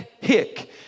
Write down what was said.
hick